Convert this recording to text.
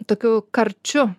tokiu karčiu